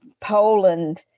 Poland